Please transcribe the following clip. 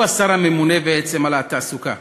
הוא השר הממונה בעצם על התעסוקה.